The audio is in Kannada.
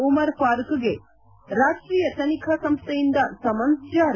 ಉಮರ್ ಫಾರೂಚ್ಗೆ ರಾಷ್ವೀಯ ತನಿಖಾ ಸಂಸ್ಥೆಯಿಂದ ಸಮನ್ನ್ ಜಾರಿ